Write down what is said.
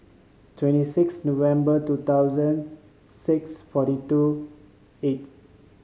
twenty six November two thousand six forty two eighth